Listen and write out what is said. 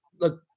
look